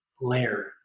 layer